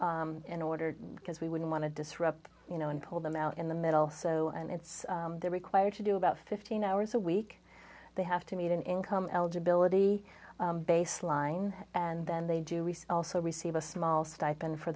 year in order because we wouldn't want to disrupt you know and pull them out in the middle so and it's they're required to do about fifteen hours a week they have to meet an income eligibility baseline and then they do research also receive a small stipend for